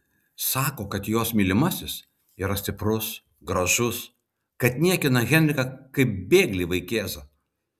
sako kad jos mylimasis yra stiprus gražus kad niekina henriką kaip bėglį vaikėzą